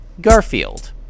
Garfield